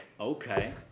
Okay